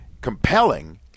compelling